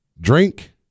drink